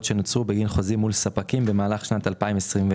שנוצרו בגין חוזים מול ספקים במהלך שנת 2021,